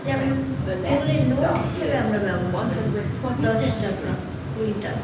যেমন যেগুলির নোট হিসেবে আমরা ব্যবহার করি দশ টাকা কুড়ি টাকা